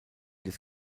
des